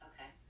Okay